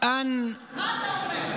מה אתה אומר?